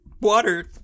water